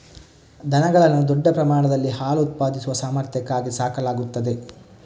ದನಗಳನ್ನು ದೊಡ್ಡ ಪ್ರಮಾಣದಲ್ಲಿ ಹಾಲು ಉತ್ಪಾದಿಸುವ ಸಾಮರ್ಥ್ಯಕ್ಕಾಗಿ ಸಾಕಲಾಗುತ್ತದೆ